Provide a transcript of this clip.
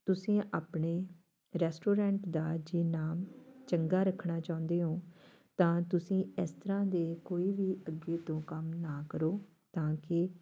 ਤੁਸੀਂ ਆਪਣੇ ਰੈਸਟੋਰੈਂਟ ਦਾ ਜੇ ਨਾਮ ਚੰਗਾ ਰੱਖਣਾ ਚਾਹੁੰਦੇ ਹੋ ਤਾਂ ਤੁਸੀਂ ਇਸ ਤਰ੍ਹਾਂ ਦੇ ਕੋਈ ਵੀ ਅੱਗੇ ਤੋਂ ਕੰਮ ਨਾ ਕਰੋ ਤਾਂ ਕਿ